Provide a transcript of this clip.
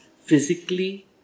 physically